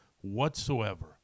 whatsoever